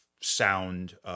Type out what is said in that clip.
sound